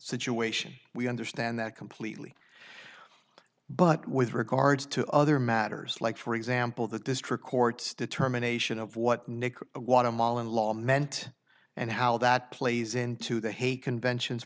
situation we understand that completely but with regards to other matters like for example the district court's determination of what nick what i'm all in law meant and how that plays into the hague conventions